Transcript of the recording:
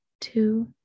two